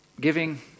giving